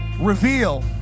reveal